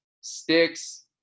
sticks